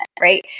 right